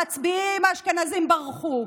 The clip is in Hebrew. המצביעים האשכנזים ברחו.